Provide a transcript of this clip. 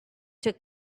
took